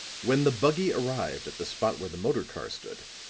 when the buggy arrived at the spot where the motor-car stood,